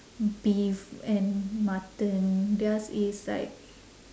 beef and mutton theirs is like